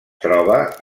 troba